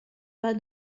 pas